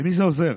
למי זה עוזר?